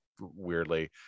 weirdly